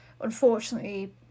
unfortunately